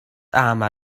ama